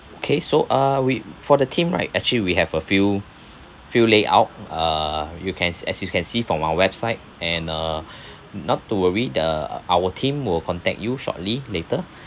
okay so uh we for the theme right actually we have a few few layout uh you can see as you can see from our website and uh not to worry the uh our team will contact you shortly later